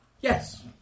Yes